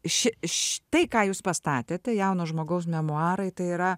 ši štai ką jūs pastatėte jauno žmogaus memuarai tai yra